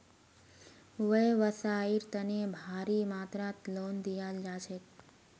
व्यवसाइर तने भारी मात्रात लोन दियाल जा छेक